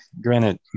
granted